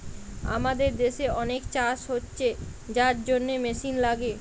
আমাদের দেশে অনেক চাষ হচ্ছে যার জন্যে মেশিন লাগে